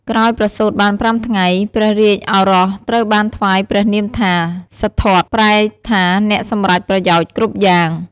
ក្រោយប្រសូតបាន ៥ ថ្ងៃ ព្រះរាជឱរសត្រូវបានថ្វាយព្រះនាមថា សិទ្ធត្ថ ប្រែថាអ្នកសម្រេចប្រយោជន៍គ្រប់យ៉ាង។